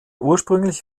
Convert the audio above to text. ursprünglich